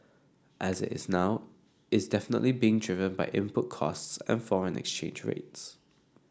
as it's now is definitely being driven by input costs and foreign exchange rates